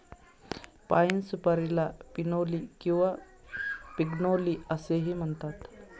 पाइन सुपारीला पिनोली किंवा पिग्नोली असेही म्हणतात